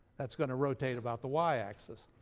that's going to rotate about the y axis.